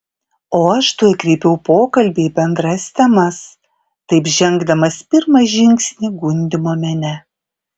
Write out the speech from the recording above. o aš tuoj kreipiau pokalbį į bendras temas taip žengdamas pirmą žingsnį gundymo mene